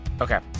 Okay